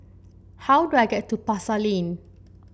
how do I get to Pasar Lane